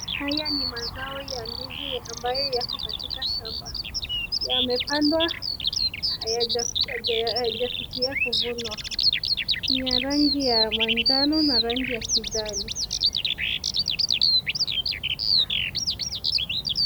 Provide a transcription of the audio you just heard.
Haya ni mazao ya ndizi ambayo yako katika shamba, yamepandwa, hayajafikia kuvunwa, ni ya rangi ya manjano na rangi ya kijani.